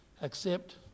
accept